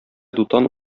дутан